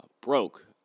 broke